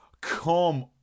come